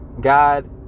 God